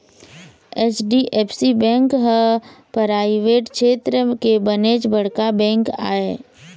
HDFC bank ह private छेत्र के बनेच बड़का बेंक आय